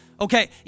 Okay